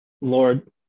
Lord